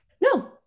no